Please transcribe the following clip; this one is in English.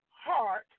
heart